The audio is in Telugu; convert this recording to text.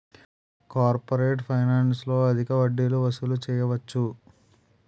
కార్పొరేట్ ఫైనాన్స్లో అధిక వడ్డీలు వసూలు చేయవచ్చు